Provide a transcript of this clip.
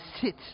sit